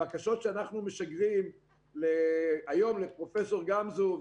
הבקשות שאנחנו משגרים היום לפרופ' גמזו,